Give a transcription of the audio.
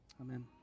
Amen